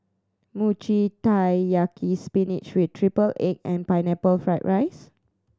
Mochi Taiyaki spinach with triple egg and Pineapple Fried rice